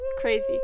crazy